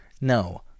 No